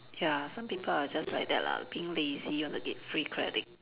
ya some people are just like that lah being lazy want to get free credit